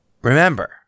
remember